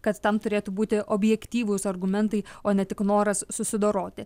kad tam turėtų būti objektyvūs argumentai o ne tik noras susidoroti